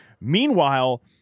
Meanwhile